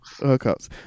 Hookups